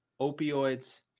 opioids